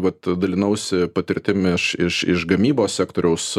vat dalinausi patirtim iš iš iš gamybos sektoriaus